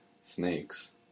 Snakes